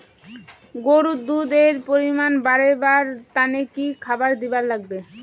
গরুর দুধ এর পরিমাণ বারেবার তানে কি খাবার দিবার লাগবে?